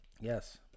Yes